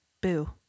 boo